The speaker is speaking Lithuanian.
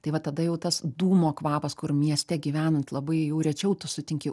tai va tada jau tas dūmo kvapas kur mieste gyvenant labai jau rečiau tu sutinki